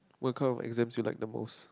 what kind of exams you like the most